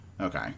Okay